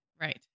Right